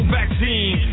vaccine